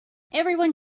everyone